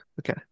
Okay